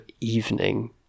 evening